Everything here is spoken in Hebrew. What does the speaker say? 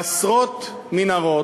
עשרות מנהרות,